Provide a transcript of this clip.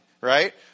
right